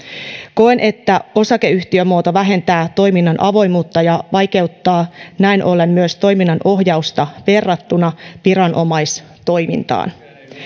koen että osakeyhtiömuoto vähentää toiminnan avoimuutta ja vaikeuttaa näin ollen myös toiminnan ohjausta verrattuna viranomaistoimintaan